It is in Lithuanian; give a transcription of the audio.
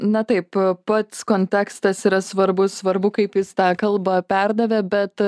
na taip pats kontekstas yra svarbus svarbu kaip jis tą kalbą perdavė bet